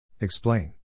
Explain